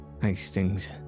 Hastings